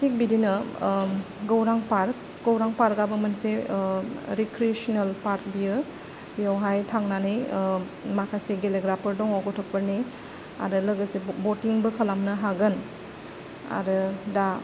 थिग बिदिनो गौरां पार्क गौरां पार्काबो मोनसे रिक्रियेसोनेल पार्क बियो बेयावहाय थांनानै माखासे गेलेग्राफोर दङ गथ'फोरनि आरा लोगोसे बतिंबो खालामनो हागोन आरो दा